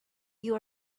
you